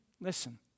listen